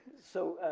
so,